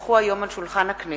כי הונחו היום על שולחן הכנסת,